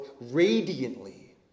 radiantly